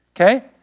okay